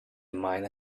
miner